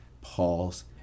pause